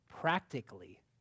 practically